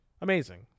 Amazing